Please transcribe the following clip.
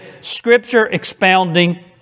Scripture-expounding